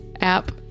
app